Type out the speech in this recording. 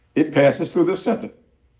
it passes through the center.